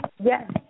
yes